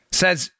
says